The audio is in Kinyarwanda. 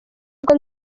bwo